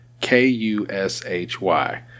K-U-S-H-Y